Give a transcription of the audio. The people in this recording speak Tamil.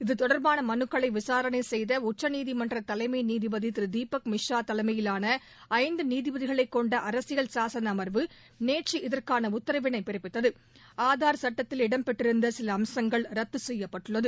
இத்தொடர்பான மனுக்களை விசாரணை செய்த உச்சநீதிமன்ற தலைமை நீதிபதி திரு தீபக் மிஸ்ரா தலைமையிலான ஐந்து நீதிபதிகளைக்கொண்ட அரசியல் சாசன அமர்வு நேற்று இதற்கான உத்தரவினை பிறப்பித்தது ஆதார் சுட்டத்தில் இடம்பெற்றிருந்த சில அம்சங்கள் ரத்து செய்யப்பட்டுள்ளது